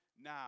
now